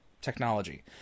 technology